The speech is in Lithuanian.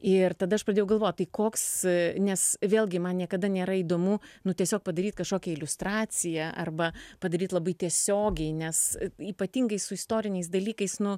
ir tada aš pradėjau galvot tai koks nes vėlgi man niekada nėra įdomu nu tiesiog padaryt kažkokią liustraciją arba padaryt labai tiesiogiai nes ypatingai su istoriniais dalykais nu